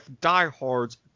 diehards